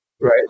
right